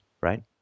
right